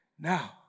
Now